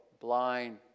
blind